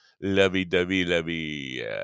lovey-dovey-lovey